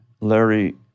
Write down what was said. Larry